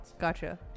gotcha